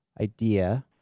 idea